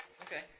Okay